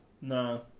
No